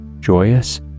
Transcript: Joyous